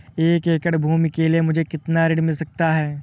एक एकड़ भूमि के लिए मुझे कितना ऋण मिल सकता है?